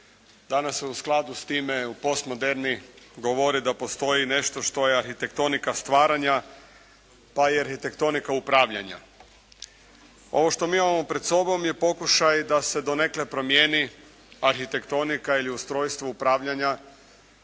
Danas se u skladu s time u postmoderni govori da postoji nešto što je arhitektonika stvaranja pa i arhitektonika upravljanja. Ovo što mi imamo pred sobom je pokušaj da se donekle promijeni arhitektonika ili ustrojstvo upravljanja